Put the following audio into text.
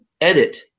edit